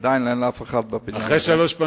שאין עדיין לאף אחד בבניין הזה.